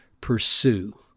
pursue